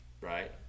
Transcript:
right